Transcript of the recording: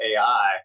AI